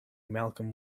malcolm